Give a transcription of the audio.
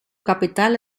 capital